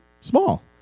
Small